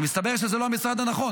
ומסתבר שזה לא המשרד הנכון,